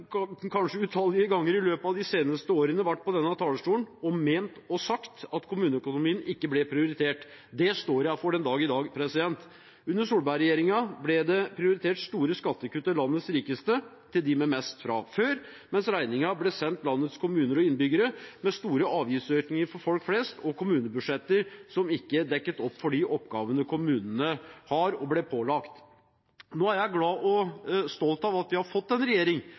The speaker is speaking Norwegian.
kanskje utallige ganger i løpet av de seneste årene – vært på denne talerstolen og ment og sagt at kommuneøkonomien ikke ble prioritert. Det står jeg for den dag i dag. Under Solberg-regjeringen ble det prioritert store skattekutt til landets rikeste, til dem med mest fra før, mens regningen ble sendt til landets kommuner og innbyggere, med store avgiftsøkninger for folk flest og kommunebudsjetter som ikke dekket opp for de oppgavene kommunene har og ble pålagt. Nå er jeg glad og stolt over at vi har fått en regjering